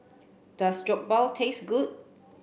does Jokbal taste good